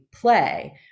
play